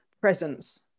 presence